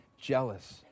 jealous